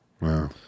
Wow